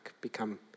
become